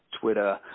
Twitter